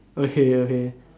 okay okay